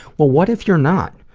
well what if you're not.